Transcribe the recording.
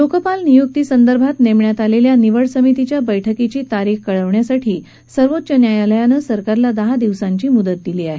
लोकपाल नियुक्तीसंदर्भात नेमण्यात आलेल्या निवड समितीच्या बरुक्कीची तारीख कळवण्यासाठी सर्वोच्च न्यायालयानं सरकारला दहा दिवसांची मुदत दिली आहे